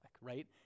right